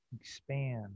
expand